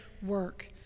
work